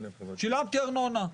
שילמתי ארנונה.